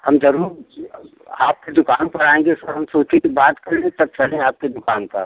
हम जरूर आपकी दुकान पर आएंगे सर हम सोचे कि बात कर लें तब चलें आपकी दुकान पर